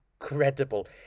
incredible